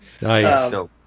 Nice